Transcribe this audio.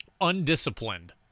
undisciplined